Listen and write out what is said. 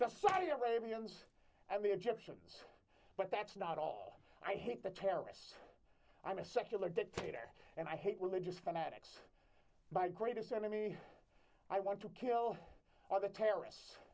the saudi arabians and the egyptians but that's not all i think the terrorists i'm a secular dictator and i hate religious fanatics by greatest enemy i want to kill all the terrorists